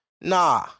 Nah